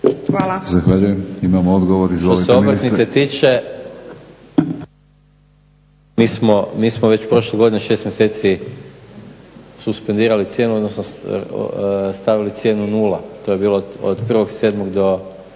(HNS)** Zahvaljujem. Imamo odgovor, izvolite ministre.